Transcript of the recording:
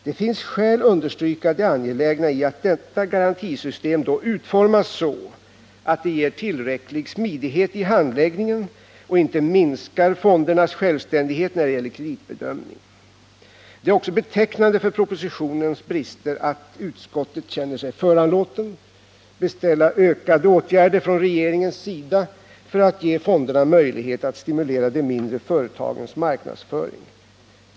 Det finns skäl understryka det angelägna i att detta garantisystem utformas så att det ger tillräcklig smidighet i handläggningen och inte minskar fondernas självständighet när det gäller kreditbedömningen. Det är också betecknande för propositionens brister att utskottet känner sig föranlåtet att beställa ökade åtgärder från regeringens sida för att ge fonderna möjlighet att stimulera de mindre företagens marknadsföring.